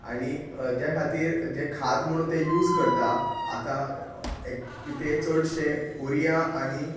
आनी जे खातीर जे खाद म्हणून तें यूज करतां आता एक तें चडशें उरीया आनी